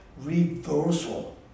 reversal